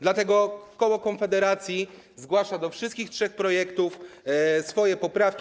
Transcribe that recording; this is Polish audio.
Dlatego koło Konfederacja zgłasza do wszystkich trzech projektów swoje poprawki.